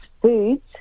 foods